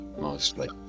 mostly